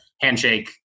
handshake